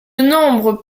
nombre